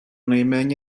nejméně